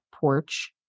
porch